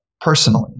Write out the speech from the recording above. personally